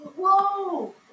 Whoa